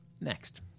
next